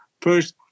first